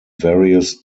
various